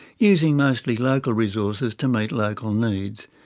using mostly local resources to meet local needs.